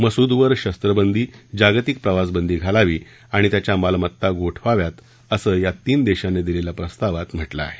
मसूदवर शस्त्रबंदी जागतिक प्रवासबंदी घालावी आणि त्याच्या मालमत्ता गोठवण्यात असं या तीन देशांनी दिलेल्या प्रस्तावात म्हटलं आहे